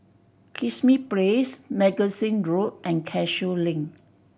Kismis Place Magazine Road and Cashew Link